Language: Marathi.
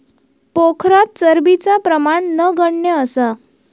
पोखरात चरबीचा प्रमाण नगण्य असा